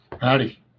Howdy